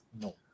no